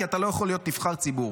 כי אתה לא יכול להיות נבחר ציבור.